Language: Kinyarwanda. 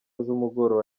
z’umugoroba